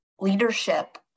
leadership